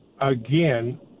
Again